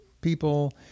people